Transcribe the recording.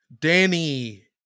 Danny